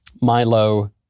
Milo